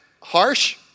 harsh